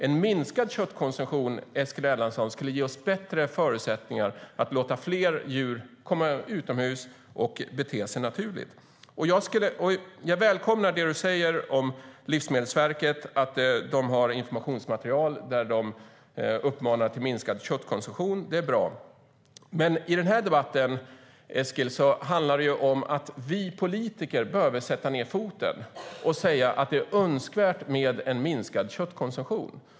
En minskad köttkonsumtion, Eskil Erlandsson, skulle ge oss bättre förutsättningar att låta fler djur komma utomhus och bete sig naturligt. Jag välkomnar det du säger om Livsmedelsverket - att de har informationsmaterial där de uppmanar till minskad köttkonsumtion. Det är bra. Men den här debatten handlar om att vi politiker behöver sätta ned foten och säga att det är önskvärt med en minskad köttkonsumtion.